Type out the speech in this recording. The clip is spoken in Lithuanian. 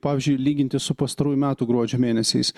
pavyzdžiui lyginti su pastarųjų metų gruodžio mėnesiais